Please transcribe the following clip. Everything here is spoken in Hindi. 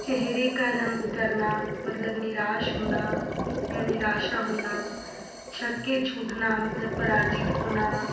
चेहरे का रंग उतरना मतलब निराश होना या निराशा होना छक्के छूटना मतलब पराजित होना